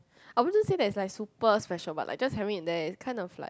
I wouldn't say that it's like super special but like just having it there is kind of like